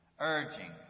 urging